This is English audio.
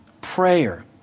Prayer